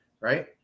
right